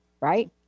right